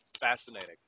fascinating